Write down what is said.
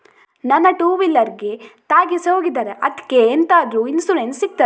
ನನ್ನ ಟೂವೀಲರ್ ಗೆ ತಾಗಿಸಿ ಹೋಗಿದ್ದಾರೆ ಅದ್ಕೆ ಎಂತಾದ್ರು ಇನ್ಸೂರೆನ್ಸ್ ಸಿಗ್ತದ?